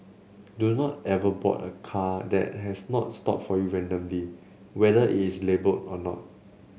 do not ever board a car that has not stop for you randomly whether it's labelled or not